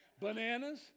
bananas